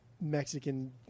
Mexican